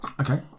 Okay